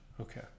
Okay